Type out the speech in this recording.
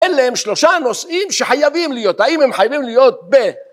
אלה הם שלושה נושאים שחייבים להיות! האם הם חייבים להיות ב-